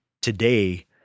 today